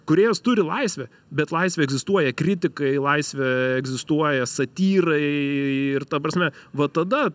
kūrėjas turi laisvę bet laisvė egzistuoja kritikai laisvė egzistuoja satyrai ir ta prasme va tada